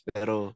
Pero